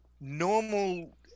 Normal